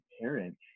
parent